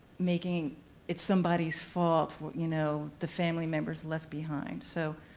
making it somebody's fault. what, you know, the family members left behind. so,